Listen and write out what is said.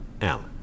Alan